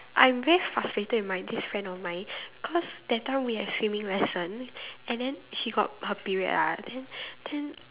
I'm very frustrated with my this friend of mine cause that time we had swimming lesson and then she got her period ah then then